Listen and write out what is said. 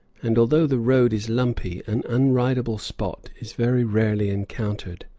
and although the road is lumpy, an unridable spot is very rarely encountered.